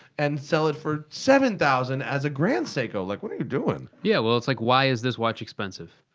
and sell it for seven thousand as a grand seiko. like, what are you doing? c yeah! well it's like why is this watch expensive?